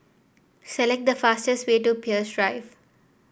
select the fastest way to Peirce Drive